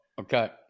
Okay